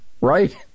Right